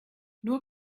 nur